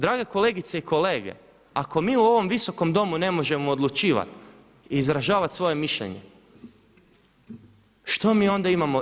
Drage kolegice i kolege, ako mi u ovom Visokom domu ne možemo odlučivati i izražavati svoje mišljenje što mi onda imamo?